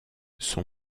son